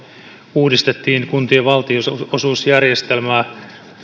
uudistettiin kuntien valtionosuusjärjestelmää